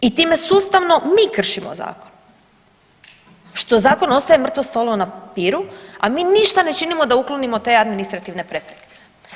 I time sustavno mi kršimo zakon što zakon ostaje mrtvo slovo na papiru, a mi ništa ne činimo da uklonimo te administrativne prepreke.